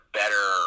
better